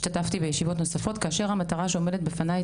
השתתפתי בישיבות נוספות כאשר המטרה שעומדת בפניי